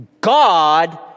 God